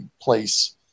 place